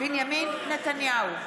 בנימין נתניהו,